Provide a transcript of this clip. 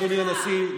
אדוני הנשיא,